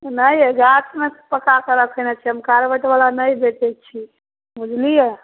नहि यइ गाछमे पकाकऽ रखने छिए हम कार्बेटवला नहि बेचै छी बुझलिए